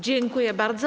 Dziękuję bardzo.